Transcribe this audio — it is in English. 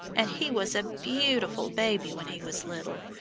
and he was a beautiful baby when he was little,